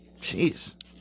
jeez